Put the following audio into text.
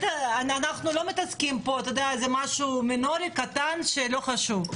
אנחנו לא מתעסקים פה במשהו מינורי וקטן שאינו חשוב.